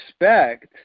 respect